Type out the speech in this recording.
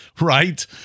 right